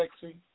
Sexy